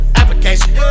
application